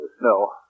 No